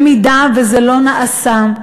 אם זה לא נעשה,